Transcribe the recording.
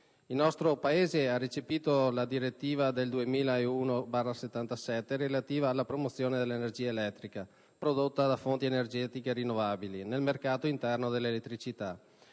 Il nostro Paese ha recepito la direttiva 2001/77/CE, relativa alla promozione dell'energia elettrica prodotta da fonti energetiche rinnovabili nel mercato interno dell'elettricità,